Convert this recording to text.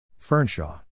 Fernshaw